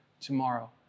tomorrow